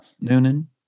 Noonan